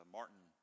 Martin